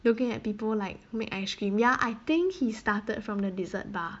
looking at people like make ice cream ya I think he started from the dessert bar